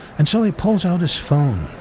and so he pulls out his phone,